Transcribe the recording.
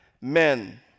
men